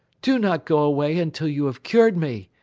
do not go away until you have cured me.